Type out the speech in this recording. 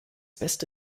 beste